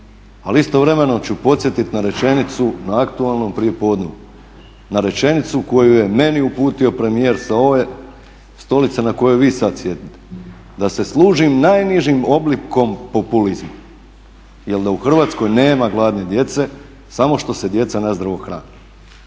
Ali istovremeno ću podsjetit na rečenicu na aktualnom prijepodnevu, na rečenicu koju je meni uputio premijer sa ove stolice na kojoj vi sad sjedite, da se služim najnižim oblikom populizma jer da u Hrvatskoj nema gladne djece, samo što se djeca nezdravo hrane.